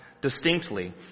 distinctly